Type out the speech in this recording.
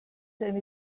eine